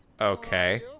Okay